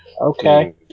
Okay